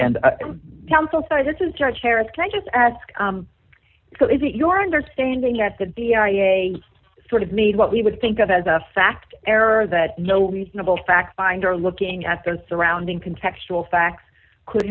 can i just ask so is it your understanding that the d n i a sort of made what we would think of as a fact error that no reasonable fact finder looking at their surrounding contextual facts could